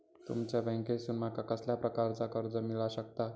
तुमच्या बँकेसून माका कसल्या प्रकारचा कर्ज मिला शकता?